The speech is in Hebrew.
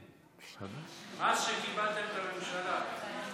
כן, מאז שקיבלתם את הממשלה.